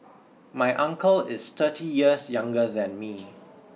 my uncle is thirty years younger than me